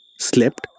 slept